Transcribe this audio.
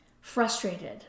frustrated